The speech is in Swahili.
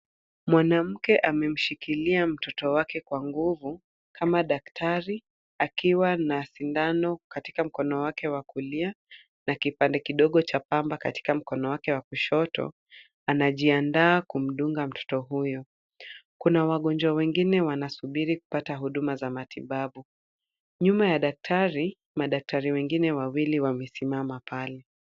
Mwanamke amemshikilia mtoto wake kwa nguvu kama daktari akiwa na sindano katika mkono wake wa kulia na kipande kidogo cha pamba katika mkono wake wa kushoto anajiandaa kumdunga mtoto huyo. Kuna wagonjwa wengine wanasubiri kupata huduma za matibabu. Nyuma ya daktari, madaktari wengine wawili wamesimama pale.